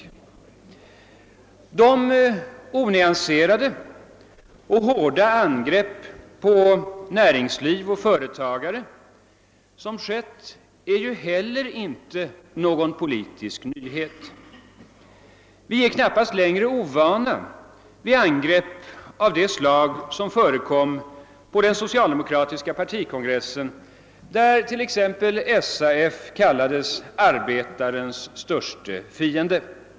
De onyanserade och hårda angrepp på näringsliv och företagare som förekommit är heller inte någon politisk nyhet. Vi är knappast längre ovana vid angrepp av det slag som förekom på den socialdemokratiska partikongressen, där t.ex. SAF kallades arbetarens störste fiende.